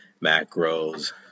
macros